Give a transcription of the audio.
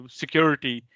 security